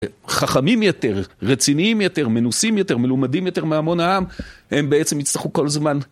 חכמים יותר, רציניים יותר, מנוסים יותר, מלומדים יותר מהמון העם, הם בעצם יצטרכו כל הזמן.